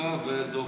סוכה ואיזה אופניים.